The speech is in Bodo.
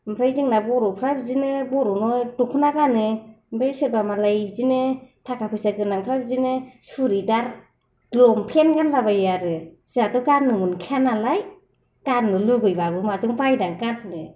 ओमफ्राय जोंना बर'फ्रा बिदिनो बर'ना द'खना गानो ओमफ्राय सोरबा मालाय बिदिनो थाखा फैसा गोनांफ्रा बिदिनो सुरिदार लंपेन्ट गानलाबायो आरो जोंहाथ' गाननो मोनखाया नालाय गाननो लुबैबाबो माजों बायना गाननो